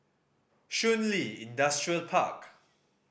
Shun Li Industrial Park